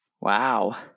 Wow